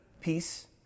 peace